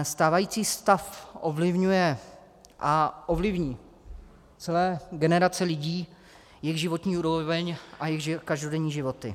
Stávající stav ovlivňuje a ovlivní celé generace lidí, jejich životní úroveň a každodenní životy.